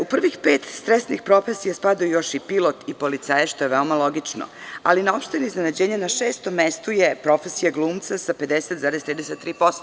U prvih pet stresnih profesija spadaju još i pilot i policajac, što je veoma logično, ali na opšte iznenađenje na šestom mestu je profesija glumca sa 50,33%